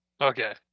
Okay